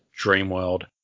Dreamworld